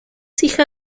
hija